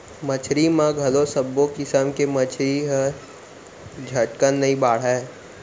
मछरी म घलौ सब्बो किसम के मछरी ह झटकन नइ बाढ़य